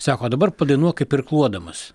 sako dabar padainuok kaip irkluodamas